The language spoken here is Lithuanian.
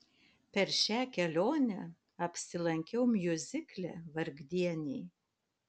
per šią kelionę apsilankiau miuzikle vargdieniai